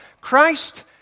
christ